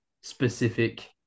specific